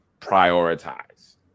prioritize